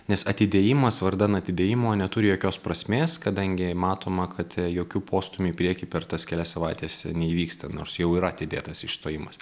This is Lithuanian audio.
nes atidėjimas vardan atidėjimo neturi jokios prasmės kadangi matoma kad jokių postūmių į priekį per tas kelias savaites neįvyksta nors jau yra atidėtas išstojimas